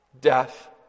Death